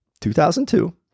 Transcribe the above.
2002